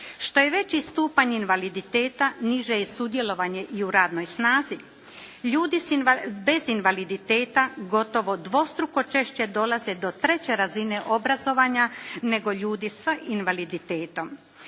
Što je veći stupanj invaliditeta niže je sudjelovanje i u radnoj snazi. Ljudi bez invaliditeta gotovo dvostruko češće dolaze do treće razine obrazovanja nego ljudi sa invaliditetom.